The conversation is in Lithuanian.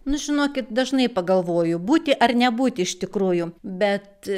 nu žinokit dažnai pagalvoju būti ar nebūti iš tikrųjų bet